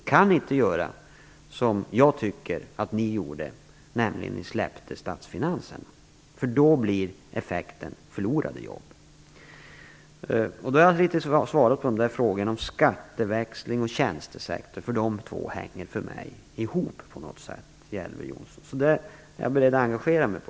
Vi kan inte göra så som jag tycker att ni gjorde, nämligen släppa statsfinanserna. Då blir effekten förlorade jobb. Jag har med detta litet grand svarat på frågorna om skatteväxling och tjänstesektor. De två frågorna hänger för mig på ett sätt ihop, Elver Jonsson. Detta är jag beredd att engagera mig för.